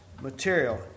material